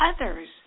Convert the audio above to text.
others